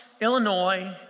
Illinois